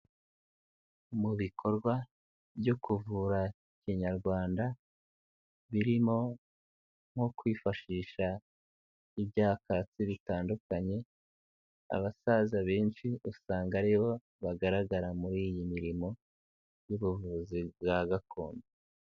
Mu bikorwa byo kuvura kinyarwanda birimo nko kwifashisha ibyakatsi bitandukanye abasaza benshi usanga aribo bagaragara muri iyi mirimo y'ubuvuzi bwa gakondo.